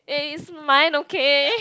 eh it's mine okay